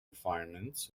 refinements